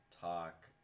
talk